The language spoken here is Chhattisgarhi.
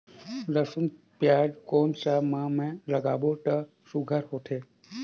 लसुन पियाज कोन सा माह म लागाबो त सुघ्घर होथे?